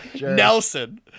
Nelson